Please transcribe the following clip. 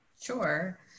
Sure